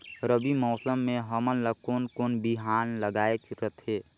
रबी मौसम मे हमन ला कोन कोन बिहान लगायेक रथे?